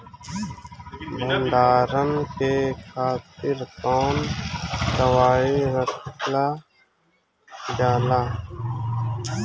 भंडारन के खातीर कौन दवाई रखल जाला?